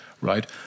right